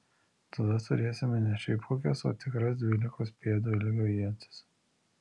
tada turėsime ne šiaip kokias o tikras dvylikos pėdų ilgio ietis